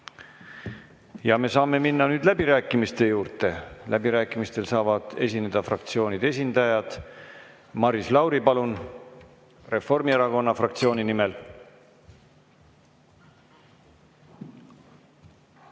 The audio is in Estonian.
Ja me saame minna nüüd läbirääkimiste juurde. Läbirääkimistel saavad esineda fraktsioonide esindajad. Maris Lauri, palun, Reformierakonna fraktsiooni nimel.